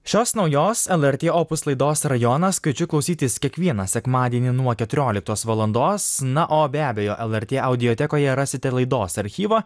šios naujos lrt opus laidos rajonas kviečiu klausytis kiekvieną sekmadienį nuo keturioliktos valandos na o be abejo lrt audiotekoje rasite laidos archyvą